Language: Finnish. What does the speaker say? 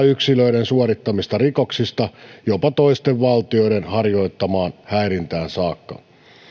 yksilöiden suorittamista rikoksista jopa toisten valtioiden harjoittamaan häirintään saakka